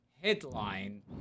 Headline